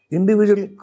Individual